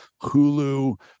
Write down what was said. Hulu